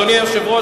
אדוני היושב-ראש,